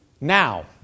now